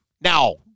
Now